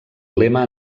lema